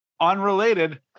unrelated